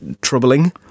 troubling